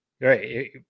right